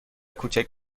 کوچک